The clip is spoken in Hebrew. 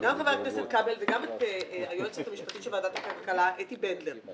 וגם את היועצת המשפטית של ועדת הכלכלה, אתי בנדלר.